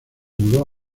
mudó